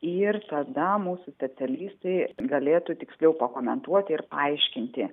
ir tada mūsų specialistai galėtų tiksliau pakomentuoti ir paaiškinti